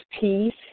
peace